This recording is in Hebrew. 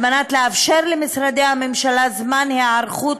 על מנת לאפשר למשרדי הממשלה זמן היערכות,